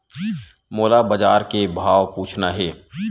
मोला बजार के भाव पूछना हे?